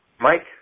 Mike